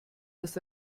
das